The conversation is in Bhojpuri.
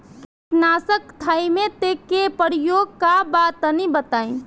कीटनाशक थाइमेट के प्रयोग का बा तनि बताई?